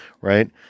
Right